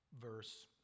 verse